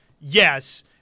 yes